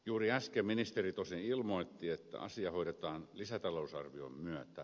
juuri äsken ministeri tosin ilmoitti että asia hoidetaan lisätalousarvion myötä